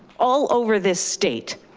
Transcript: all over this state.